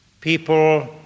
people